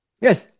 Yes